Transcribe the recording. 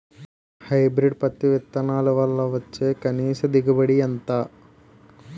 Hybrid పత్తి విత్తనాలు వల్ల వచ్చే కనీస దిగుబడి ఎంత?